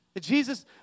Jesus